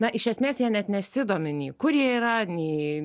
na iš esmės jie net nesidomi nei kur jie yra nei